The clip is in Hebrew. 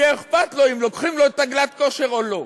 יהיה אכפת לו אם לוקחים את הגלאט-כשר או לא.